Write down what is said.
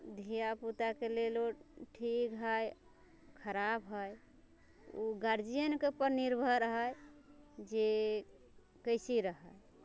धिया पुताके लेल ओ ठीक है खराब है उ गार्जियनके उपर निर्भर है जे कैसे रहै